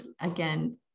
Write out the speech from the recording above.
again